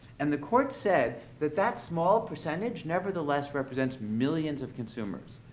and the court said that that small percentage nevertheless represents millions of consumers.